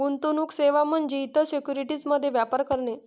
गुंतवणूक सेवा म्हणजे इतर सिक्युरिटीज मध्ये व्यापार करणे